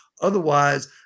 Otherwise